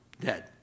dead